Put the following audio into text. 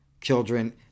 children